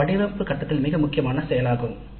இது வடிவமைப்பு கட்டத்தில் மிகவும் முக்கியமான செயலாகும்